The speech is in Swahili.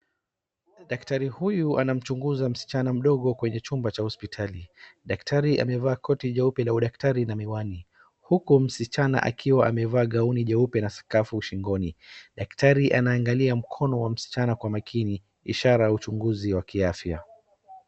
Daktari huyu anamchunguza msichana mdogo kwenye chumba cha hospitali. Daktari amevaa koti jeupe la udaktari na miwani, huku msichana akiwa amevaa gauni jeupe na skafu shingoni. Daktari anaangalia mkono wa msichana kwa makini ishara ya uchunguzi wa kiafya.